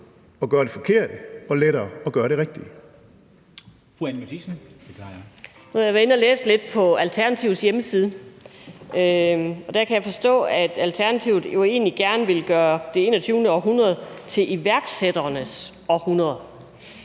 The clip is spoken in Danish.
at gøre det forkerte og lettere at gøre det rigtige.